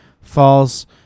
Falls